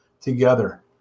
together